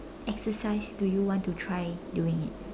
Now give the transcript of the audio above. exercise do you want to try doing it